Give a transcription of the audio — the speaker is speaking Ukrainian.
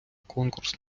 конкурс